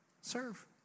Serve